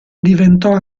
diventò